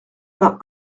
vingt